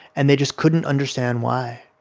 and they just couldn't understand why.